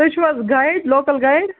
تُہۍ چھُو حظ گایِڈ لوکَل گایِڈ